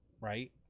right